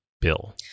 bill